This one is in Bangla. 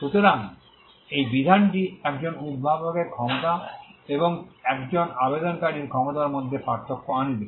সুতরাং এই বিধানটি একজন উদ্ভাবকের ক্ষমতা এবং একজন আবেদনকারীর ক্ষমতার মধ্যে পার্থক্য আনবে